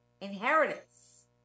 inheritance